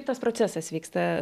tas procesas vyksta